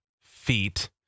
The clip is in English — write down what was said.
feet